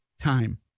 time